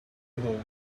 little